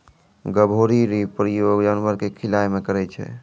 गभोरी रो प्रयोग जानवर के खिलाय मे करै छै